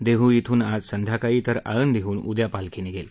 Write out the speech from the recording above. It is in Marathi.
देहू धून आज संध्याकाळी तर आळंदीहून उद्या पालखी निघेल